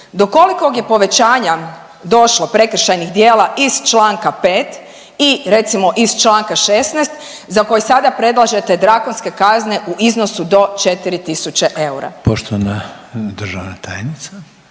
do kolikog je povećanja došlo prekršajnih djela iz čl. 5 i recimo iz čl. 16 za koje sada predlažete drakonske kazne u iznosu do 4 000 eura.